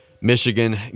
Michigan